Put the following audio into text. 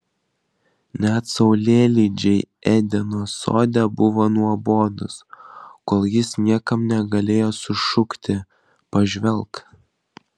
net saulėlydžiai edeno sode buvo nuobodūs kol jis niekam negalėjo sušukti pažvelk